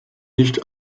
nicht